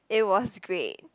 it was great